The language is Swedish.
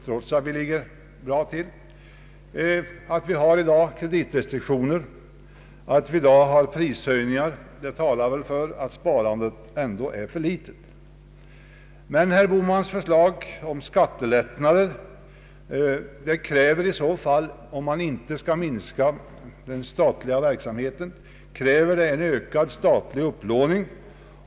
Att vi i dag har kreditrestriktioner och prishöjningar talar för att sparandet är för litet. Men herr Bohmans förslag om skattelättnader kräver, om man inte vill minska den statliga verksamheten, en ökad statlig upplåning.